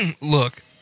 Look